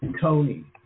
Tony